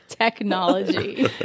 Technology